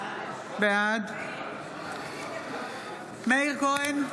בעד מאיר כהן,